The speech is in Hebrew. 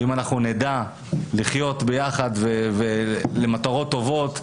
ואם אנחנו נדע לחיות יחד למטרות טובות,